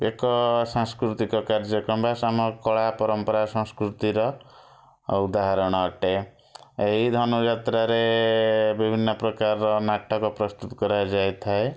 ଏକ ସାଂସ୍କୃତିକ କାର୍ଯ୍ୟକ୍ରମ ବା ସମ୍ୟକ କଳା ପରମ୍ପରା ସଂସ୍କୃତିର ଉଦାହରଣ ଅଟେ ଏହି ଧନୁଯାତ୍ରାରେ ବିଭିନ୍ନ ପ୍ରକାରର ନାଟକ ପ୍ରସ୍ତୁତ କରାଯାଇଥାଏ